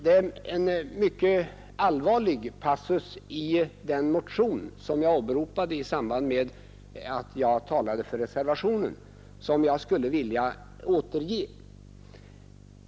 Det finns en mycket allvarlig passus i den motion som jag åberopade i samband med att jag talade för reservationen, och jag skulle vilja återge den.